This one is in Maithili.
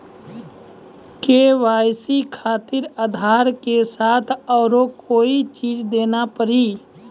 के.वाई.सी खातिर आधार के साथ औरों कोई चीज देना पड़ी?